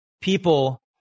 people